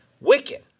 Wicked